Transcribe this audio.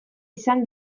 izan